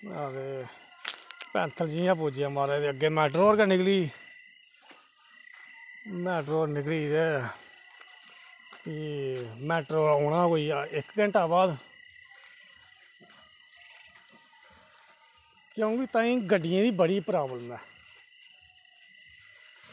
ते पैंथल जियां पुज्जेआ म्हाराज अग्गें मैटाडोर गै निकली गेई मैटाडोर निकली ते भी मैटाडोरै औना हा कोई इक्क घैंटे दे बाद ताहीं गड्डियें दी बड़ी प्रॉब्लम ऐ